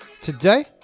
today